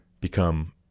become